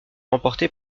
remportée